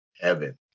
heaven